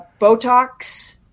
Botox